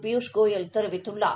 பியூஷ் கோயல் தெரிவித்துள்ளார்